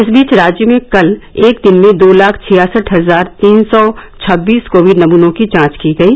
इस बीच राज्य में कल एक दिन में दो लाख छियासठ हजार तीन सौ छब्बीस कोविड नमूनों की जांच की गयी